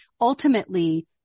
ultimately